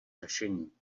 řešení